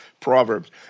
Proverbs